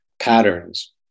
patterns